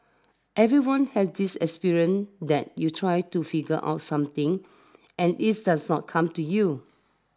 everyone has this experience that you try to figure out something and its does not come to you